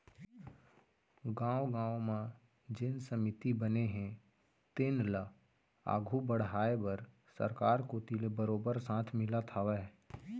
गाँव गाँव म जेन समिति बने हे तेन ल आघू बड़हाय बर सरकार कोती ले बरोबर साथ मिलत हावय